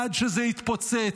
עד שזה התפוצץ.